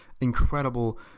incredible